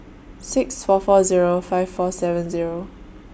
six four four Zero five four seven Zero